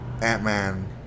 Ant-Man